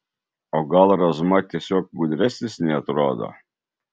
o gal razma tiesiog gudresnis nei atrodo